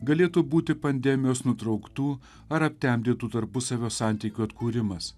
galėtų būti pandemijos nutrauktų ar aptemdytų tarpusavio santykių atkūrimas